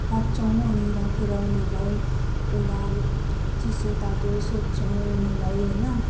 राख्छौँ अनि राखेर उनीहरूलाई पहिला चिसो तातो सोध्छौँ उनीहरूलाई होइन